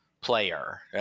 player